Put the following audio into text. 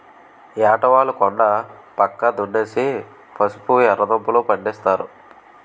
ఏటవాలు కొండా పక్క దున్నేసి పసుపు, ఎర్రదుంపలూ, పండిస్తారు